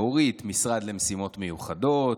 לאורית משרד למשימות מיוחדות,